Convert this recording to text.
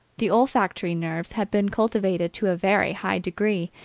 the olfactory nerves have been cultivated to a very high degree,